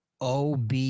Ob